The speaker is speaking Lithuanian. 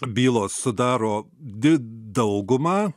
bylos sudaro did daugumą